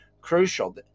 crucial